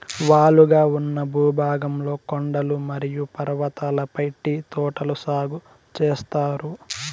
వాలుగా ఉన్న భూభాగంలో కొండలు మరియు పర్వతాలపై టీ తోటలు సాగు చేత్తారు